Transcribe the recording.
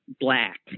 black